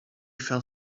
fell